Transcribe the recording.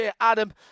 Adam